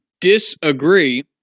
disagree